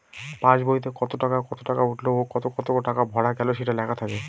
pass বইতে কত কত টাকা উঠলো ও কত কত টাকা ভরা গেলো সেটা লেখা থাকে